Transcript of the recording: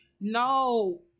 No